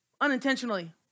Unintentionally